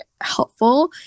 helpful